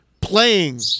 playing